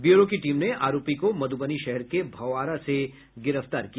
bureau की team ने आरोपी को मध्रबनी शहर के भौआरा से गिरफ्तार किया